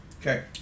Okay